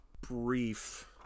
brief